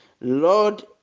Lord